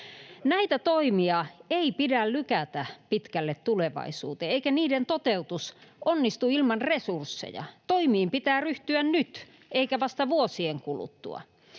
Näitä toimia ei pidä lykätä pitkälle tulevaisuuteen, eikä niiden toteutus onnistu ilman resursseja. Toimiin pitää ryhtyä nyt eikä vasta vuosien kuluttua.